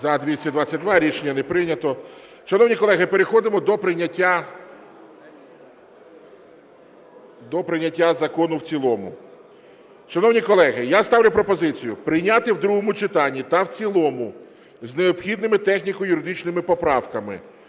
За-222 Рішення не прийнято. Шановні колеги, переходимо до прийняття закону в цілому. Шановні колеги, я ставлю пропозицію прийняти в другому читанні та в цілому з необхідними техніко-юридичними поправками